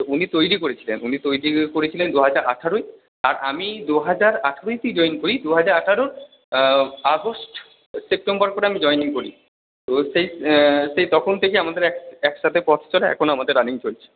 উনি তৈরি করেছিলেন উনি তৈরি করেছিলেন দুহাজার আঠারোয় আর আমি দুহাজার আঠারোতেই জয়েন করি দুহাজার আঠারোর আগস্ট সেপ্টেম্বর করে আমি জয়েনিং করি তো সেই সেই তখন থেকেই আমাদের একসাথে পথ চলা এখনও আমাদের রানিং চলছে